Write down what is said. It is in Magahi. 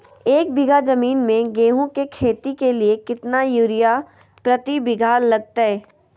एक बिघा जमीन में गेहूं के खेती के लिए कितना यूरिया प्रति बीघा लगतय?